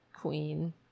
queen